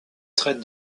traite